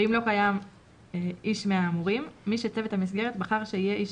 ואם לא קיים איש מהאמורים מי שצוות המסגרת בחר שיהיה איש